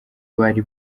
bari